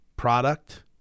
Product